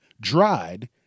dried